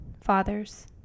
fathers